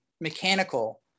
mechanical